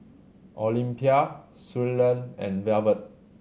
Olympia Suellen and Velvet